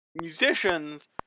musicians